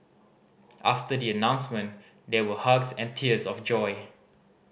after the announcement there were hugs and tears of joy